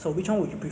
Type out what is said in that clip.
err